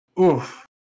Oof